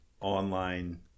online